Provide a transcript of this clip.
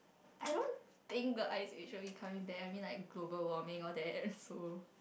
I don't think the will be coming back I mean like global warming or that so